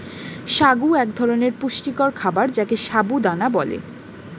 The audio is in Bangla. সাগু এক ধরনের পুষ্টিকর খাবার যাকে সাবু দানা বলে